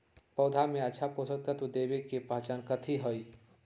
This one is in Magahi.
पौधा में अच्छा पोषक तत्व देवे के पहचान कथी हई?